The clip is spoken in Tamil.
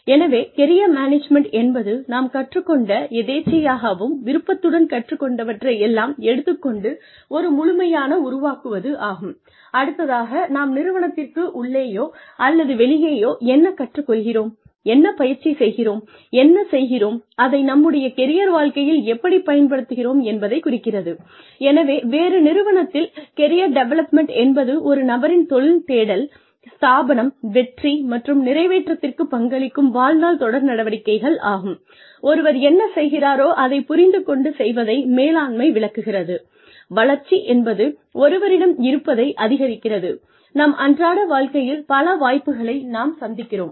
எனவே கெரியர் மேனேஜ்மன்ட் என்பது நாம் கற்றுக்கொண்ட எதேச்சையாகவும் விருப்பத்துடன் கற்றுக் கொண்டவற்றை எல்லாம் எடுத்துக்கொண்டு ஒரு முழுமையாக உருவாக்குவது ஆகும்